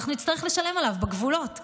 אנחנו נצטרך לשלם עליו בגבולות,